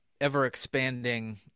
ever-expanding